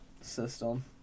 System